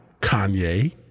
Kanye